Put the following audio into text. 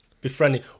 befriending